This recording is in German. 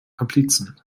komplizen